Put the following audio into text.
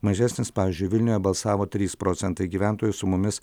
mažesnis pavyzdžiui vilniuje balsavo trys procentai gyventojų su mumis